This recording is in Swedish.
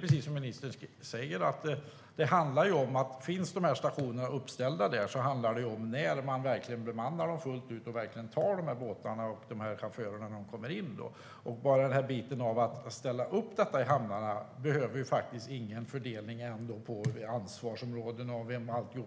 Precis som ministern säger handlar det om att dessa stationer finns uppställda där och att man verkligen bemannar dem fullt ut, så att man verkligen tar dessa chaufförer när de kommer in med båtarna. För att ställa upp detta i hamnarna behövs det ingen fördelning i fråga om ansvarsområden och så